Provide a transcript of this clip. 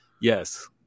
yes